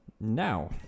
Now